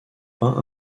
peint